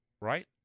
right